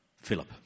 Philip